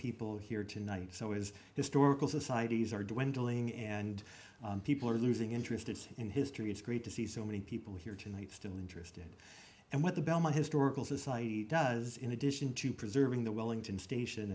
people here tonight so it is historical societies are dwindling and people are losing interested in history it's great to see so many people here tonight still interested and what the bellman historical society does in addition to preserving the wellington station